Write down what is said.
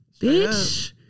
bitch